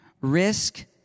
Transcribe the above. Risk